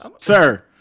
Sir